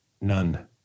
None